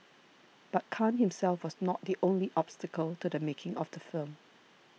but Khan himself was not the only obstacle to the making of the film